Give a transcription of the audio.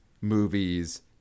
movies